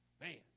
Man